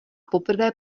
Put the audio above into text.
poprvé